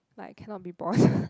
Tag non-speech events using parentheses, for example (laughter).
like I cannot be bothered (breath)